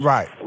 Right